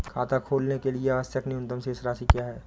खाता खोलने के लिए आवश्यक न्यूनतम शेष राशि क्या है?